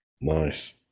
Nice